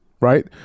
right